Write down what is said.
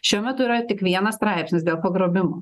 šiuo metu yra tik vienas straipsnis dėl pagrobimo